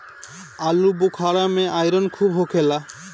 आलूबुखारा में आयरन खूब होखेला